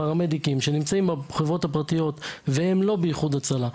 פרמדיקים שנמצאים בחברות הפרטיות והם לא באיחוד הצלה,